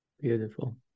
Beautiful